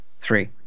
Three